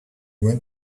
went